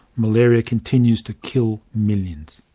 malaria continues to kill millions.